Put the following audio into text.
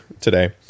today